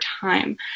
time